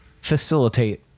facilitate